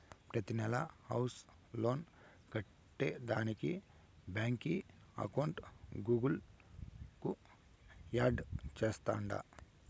ప్రతినెలా house loan కట్టేదానికి బాంకీ అకౌంట్ గూగుల్ కు యాడ్ చేస్తాండా